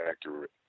accurate